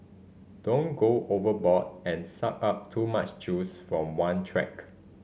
don't go overboard and suck up too much juice from one track